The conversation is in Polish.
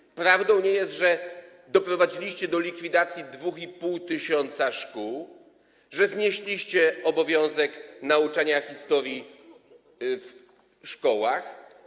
Czyż prawdą nie jest, że doprowadziliście do likwidacji 2,5 tys. szkół, że znieśliście obowiązek nauczania historii w szkołach?